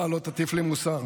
אתה לא תטיף לי מוסר.